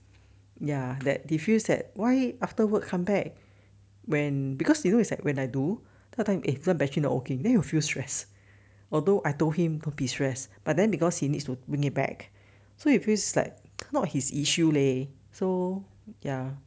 ya that he feels that why after work come back when because you know it's like when I do that time eh how come battery not working then you feel stress although I told him don't be stressed but then because he needs to bring it back so it feels like not his issue leh so ya